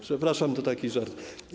Przepraszam, to taki żart.